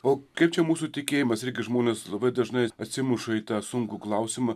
o kaip čia mūsų tikėjimas irgi žmonės labai dažnai atsimuša į tą sunkų klausimą